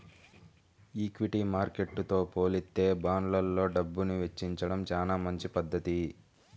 equity మార్కెట్టుతో పోలిత్తే బాండ్లల్లో డబ్బుని వెచ్చించడం చానా మంచి పధ్ధతి